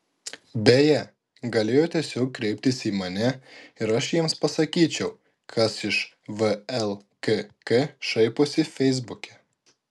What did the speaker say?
beje galėjo tiesiog kreiptis į mane ir aš jiems pasakyčiau kas iš vlkk šaiposi feisbuke